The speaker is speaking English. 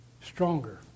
stronger